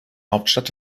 hauptstadt